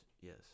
yes